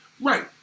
right